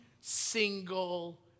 single